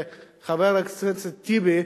וחבר הכנסת טיבי,